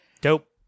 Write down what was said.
Dope